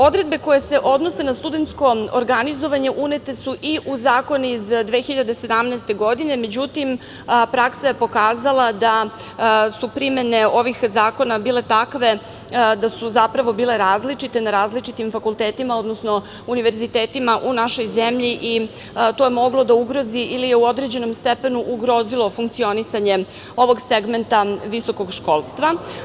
Odredbe koje se odnose na studentsko organizovanje unete su i u Zakon iz 2017. godine, međutim praksa je pokazala da su primene ovih zakona bile takve da su zapravo bile različite na različitim fakultetima, odnosno univerzitetima u našoj zemlji i to je moglo da ugrozi ili je u određenom stepenom ugrozilo funkcionisanje ovog segmenta visokog školstva.